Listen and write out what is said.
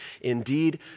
Indeed